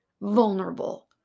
vulnerable